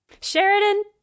Sheridan